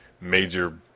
major